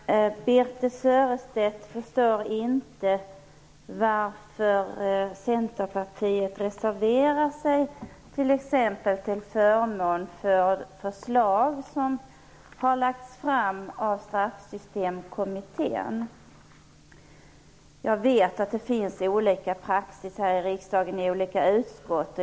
Fru talman! Birthe Sörestedt förstår inte varför Centerpartiet reserverar sig t.ex. till förmån för förslag som har lagts fram av Straffsystemkommittén. Jag vet att det finns olika praxis här i riksdagen i olika utskott.